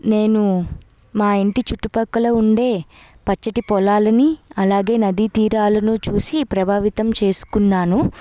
నేను మా ఇంటి చుట్టు ప్రక్కల ఉండే పచ్చటి పొలాలని అలాగే నదీ తీరాలనూ చూసి ప్రభావితం చేసుకున్నాను